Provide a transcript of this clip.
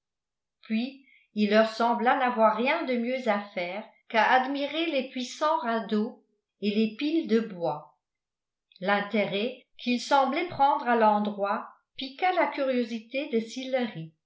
puis il leur sembla n'avoir rien de mieux à faire qu'à admirer les puissants radeaux et les piles de bois l'intérêt qu'ils semblaient prendre à l'endroit piqua la curiosité de